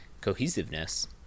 cohesiveness